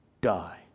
die